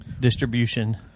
Distribution